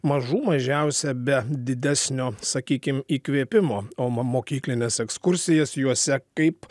mažų mažiausia be didesnio sakykim įkvėpimo o mokyklines ekskursijas juose kaip